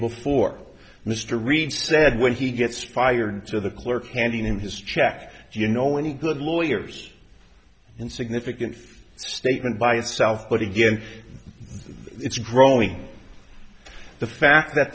before mr reed said when he gets fired to the clerk handing him his check you know any good lawyers and significant statement by itself but again it's growing the fact that